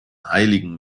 heiligen